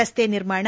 ರಸ್ತೆ ನಿರ್ಮಾಣ